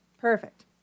perfect